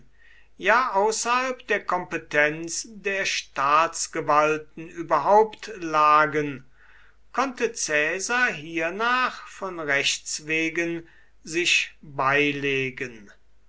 ja außerhalb der kompetenz der staatsgewalten überhaupt lagen konnte caesar hiernach von rechts wegen sich beilegen